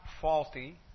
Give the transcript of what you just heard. faulty